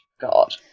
god